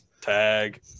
Tag